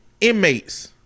inmates